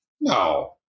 No